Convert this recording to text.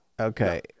Okay